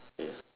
ya